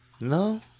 No